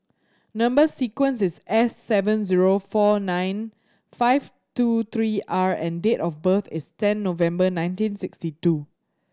number sequence is S seven zero four nine five two three R and date of birth is ten November nineteen sixty two